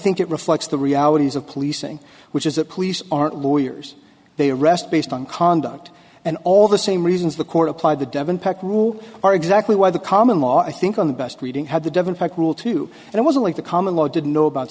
think it reflects the realities of policing which is that police aren't lawyers they arrest based on conduct and all the same reasons the court applied the devon peck rule are exactly why the common law i think on the best reading had the devon pike rule too and it was only the common law didn't know about